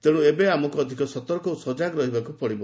ତେଶ୍ର ଏବେ ଆମକୁ ଅଧିକ ସତର୍କ ଓ ସଜାଗ ରହିବାକୁ ପଡିବ